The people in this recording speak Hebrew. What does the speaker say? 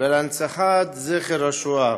ולהנצחת זכר השואה,